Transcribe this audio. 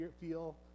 feel